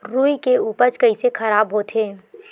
रुई के उपज कइसे खराब होथे?